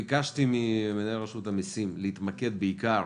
ביקשתי ממנהל רשות המסים להתמקד בעיקר